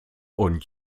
und